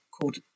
called